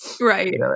Right